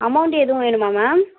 amount எதுவும் வேணுமா ma'am